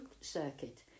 Circuit